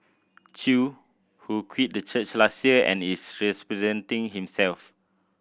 Chew who quit the church last year and is himself